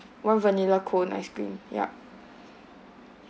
one vanilla cone ice cream yup